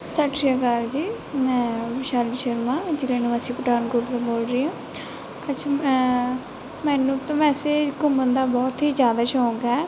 ਸਤਿ ਸ਼੍ਰੀ ਅਕਾਲ ਜੀ ਮੈਂ ਵਿਸ਼ਾਲੀ ਸ਼ਰਮਾ ਜ਼ਿਲ੍ਹਾ ਨਿਵਾਸੀ ਪਠਾਨਕੋਟ ਤੋਂ ਬੋਲ ਰਹੀ ਹਾਂ ਅੱਜ ਮੈਂ ਮੈਨੂੰ ਤਾਂ ਵੈਸੇ ਘੁੰਮਣ ਦਾ ਬਹੁਤ ਹੀ ਜ਼ਿਆਦਾ ਸੌਕ ਹੈ